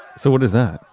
so what is that?